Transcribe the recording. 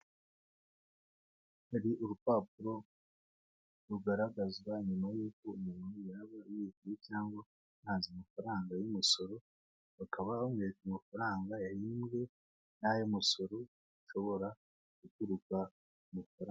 Hari urupapuro, rugaragazwa nyuma yuko umuntu yaba yeguye cyangwa atanze amafaranga y'imisoro, bakaba baheka amafaranga yahembwe n'ayo umusoro shobora kugurwa ifaranga.